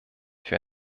für